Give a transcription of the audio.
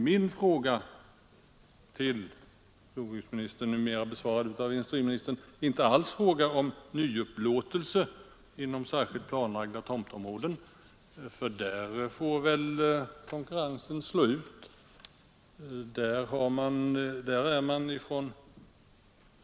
Min fråga till jordbruksministern, numera besvarad av industriministern, gällde emellertid inte alls nyupplåtelse inom särskilt planlagda tomtområden, för där får väl konkurrensen slå ut.